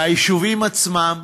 והיישובים עצמם?